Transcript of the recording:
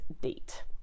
date